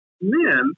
men